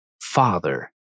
father